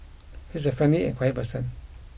he is a friendly and quiet person